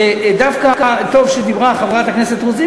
ודווקא טוב שדיברה חברת הכנסת רוזין